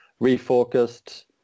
refocused